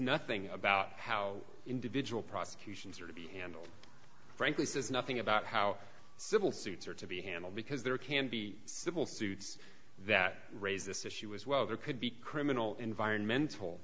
nothing about how individual prosecutions are to be handled frankly says nothing about how civil suits are to be handled because there can be civil suits that raise this issue as well there could be criminal environmental